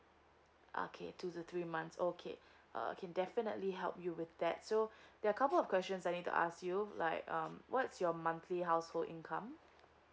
okay two to three months okay uh can definitely help you with that so they're couple of questions I need to ask you like um what's your monthly household income